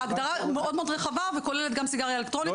ההגדרה מאוד מאוד רחבה וכוללת גם סיגריה אלקטרונית,